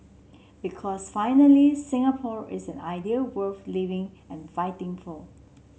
because finally Singapore is an idea worth living and fighting for